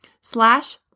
slash